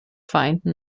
vereinten